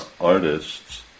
artists